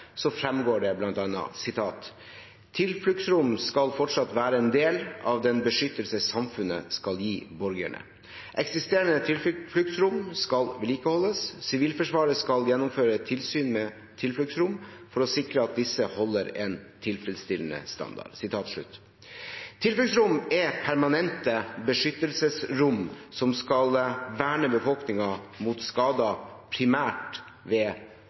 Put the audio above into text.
fremgår det bl.a.: «Tilfluktsrom skal fortsatt være en del av den beskyttelse samfunnet skal kunne gi borgerne. Eksisterende tilfluktsrom skal vedlikeholdes. Sivilforsvaret skal gjennomføre tilsyn med tilfluktsrom for å sikre at disse holder en tilfredsstillende standard.» Tilfluktsrom er permanente beskyttelsesrom som skal verne befolkningen mot skader, primært ved